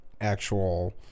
actual